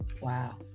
Wow